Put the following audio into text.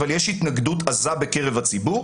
אבל יש התנגדות עזה בקרב הציבור.